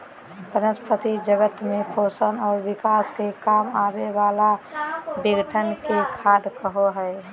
वनस्पती जगत में पोषण और विकास के काम आवे वाला विघटन के खाद कहो हइ